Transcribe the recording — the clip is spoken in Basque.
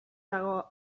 dago